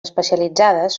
especialitzades